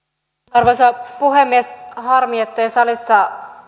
arvoisa puhemies harmi ettei salissa